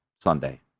Sunday